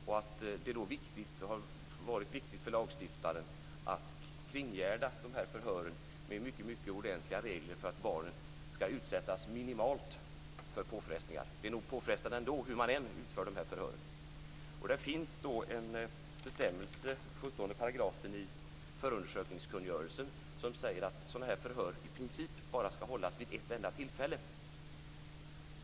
Det har då varit viktigt för lagstiftaren att kringgärda dessa förhör med mycket ordentliga regler för att barnen ska utsättas minimalt för påfrestningar. Det är nog påfrestande ändå, hur man än utför dessa förhör. Det finns då en bestämmelse, 17 § i förundersökningskungörelsen, som säger att sådana här förhör i princip ska hållas vid bara ett enda tillfälle.